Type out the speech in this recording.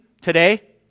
today